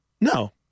No